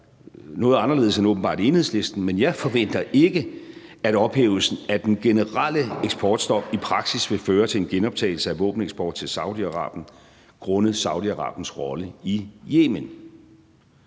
noget anderledes end Enhedslisten – at ophævelsen af det generelle eksportstop i praksis vil føre til en genoptagelse af våbeneksport til Saudi-Arabien grundet Saudi-Arabiens rolle i Yemen.